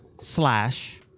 Slash